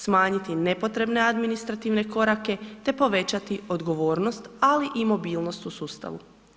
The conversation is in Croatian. Smanjiti nepotrebne administrativne korake te povećati odgovornost ali i mobilnost u sustavu.